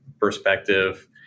perspective